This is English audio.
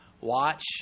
Watch